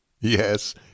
Yes